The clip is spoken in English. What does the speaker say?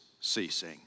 ceasing